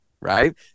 right